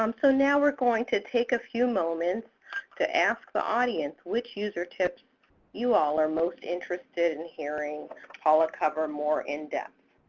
um so now were going to take a few moments to ask the audience which user tips you all are most interested in hearing paula cover more in depth.